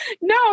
no